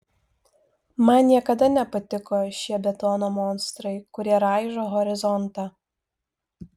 man niekada nepatiko šie betono monstrai kurie raižo horizontą